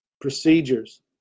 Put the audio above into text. procedures